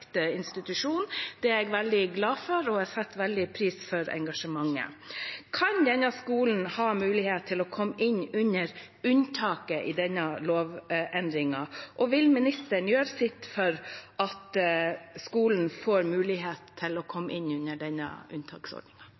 Det er jeg veldig glad for, og jeg setter stor pris på engasjementet. Kan denne skolen ha mulighet til å komme inn under unntaket i denne lovendringen? Og vil ministeren gjøre sitt for at skolen får mulighet til å komme inn under denne